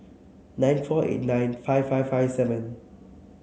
nine four eight nine five five five seven